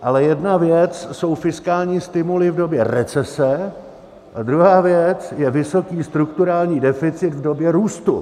Ale jedna věc jsou fiskální stimuly v době recese a druhá věc je vysoký strukturální deficit v době růstu.